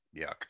yuck